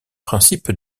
principe